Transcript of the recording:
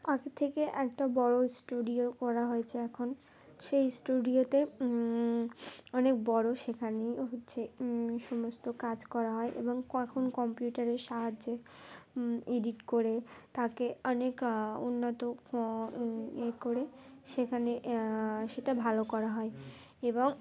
আগে থেকে একটা বড়ো স্টুডিও করা হয়েছে এখন সেই স্টুডিওতে অনেক বড়ো সেখানেই হচ্ছে সমস্ত কাজ করা হয় এবং কখন কম্পিউটারের সাহায্যে এডিট করে তাকে অনেক উন্নত ই করে সেখানে সেটা ভালো করা হয় এবং